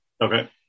Okay